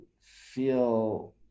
feel